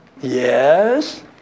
Yes